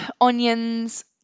onions